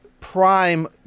prime